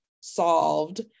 solved